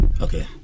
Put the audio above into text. okay